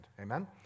Amen